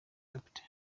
capt